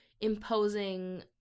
imposing